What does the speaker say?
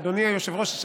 אדוני היושב-ראש,